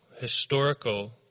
historical